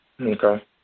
Okay